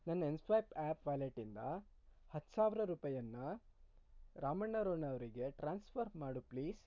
ನನ್ನ M swipe app ವ್ಯಾಲೆಟಿಂದ ಹತ್ತು ಸಾವಿರ ರೂಪಾಯನ್ನ ರಾಮಣ್ಣ ರೋಣ ಅವರಿಗೆ ಟ್ರಾನ್ಸ್ಫರ್ ಮಾಡು ಪ್ಲೀಸ್